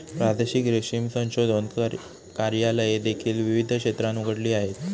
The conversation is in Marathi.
प्रादेशिक रेशीम संशोधन कार्यालये देखील विविध क्षेत्रात उघडली आहेत